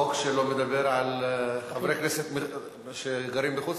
החוק שלו מדבר על חברי כנסת שגרים בחוץ-לארץ.